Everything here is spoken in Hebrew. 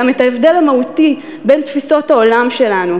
את ההבדל המהותי בין תפיסות העולם שלנו.